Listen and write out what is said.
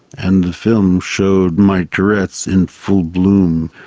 and the films showed my tourette's in full bloom.